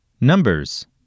Numbers